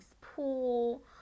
pool